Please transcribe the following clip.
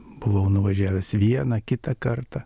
buvau nuvažiavęs vieną kitą kartą